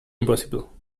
impossible